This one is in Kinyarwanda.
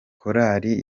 korali